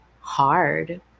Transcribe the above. hard